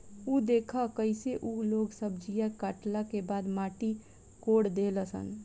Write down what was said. उ देखऽ कइसे उ लोग सब्जीया काटला के बाद माटी कोड़ देहलस लो